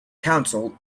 council